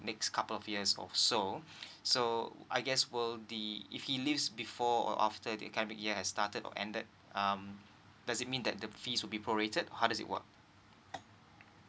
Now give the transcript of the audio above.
next couple of years or so so I guess will the if he leaves before or after the academic year has started or ended um does it mean that the fees will be prorated how does it work